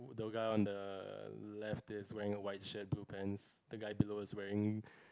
yoga on the left is wearing a white shirt blue pants the guy below is wearing